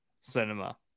Cinema